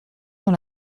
dans